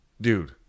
Dude